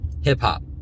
Hip-hop